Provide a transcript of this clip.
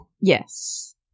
Yes